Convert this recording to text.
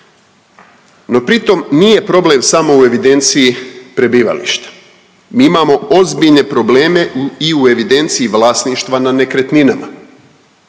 No pri tom nije problem samo u evidenciji prebivališta. Mi imamo ozbiljne probleme i u evidenciji vlasništva na nekretninama,